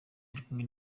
arikumwe